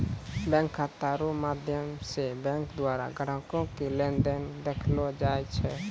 bank खाता रो माध्यम से बैंक द्वारा ग्राहक के लेन देन देखैलो जाय छै